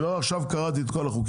אני לא קראתי את כל החוקים.